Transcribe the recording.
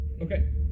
Okay